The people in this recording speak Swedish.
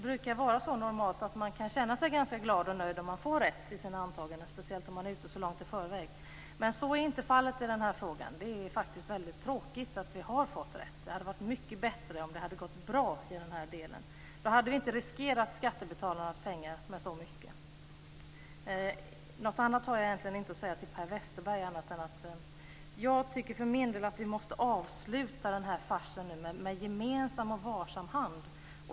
Fru talman! Normalt brukar det vara så att man kan känna sig ganska glad och nöjd om man får rätt i sina antaganden, speciellt om man är ute långt i förväg. Men så är inte fallet i den här frågan. Det är faktiskt väldigt tråkigt att vi har fått rätt. Det hade varit mycket bättre om det hade gått bra i den här delen. Då hade vi inte riskerat så mycket av skattebetalarnas pengar. Något annat har jag egentligen inte att säga till Per Westerberg. Jag tycker för min del att vi måste avsluta den här farsen nu med gemensam och varsam hand.